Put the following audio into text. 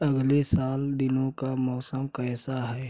अगले साल दिनों का मौसम कैसा है